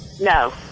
No